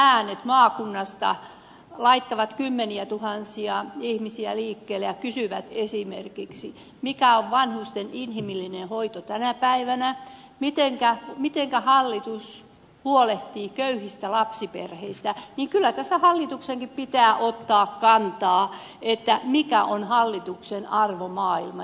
kun huutavan äänet maakunnasta laittavat kymmeniätuhansia ihmisiä liikkeelle ja kysyvät esimerkiksi mikä on vanhusten inhimillinen hoito tänä päivänä mitenkä hallitus huolehtii köyhistä lapsiperheistä niin kyllä tässä hallituksenkin pitää ottaa kantaa mikä on hallituksen arvomaailma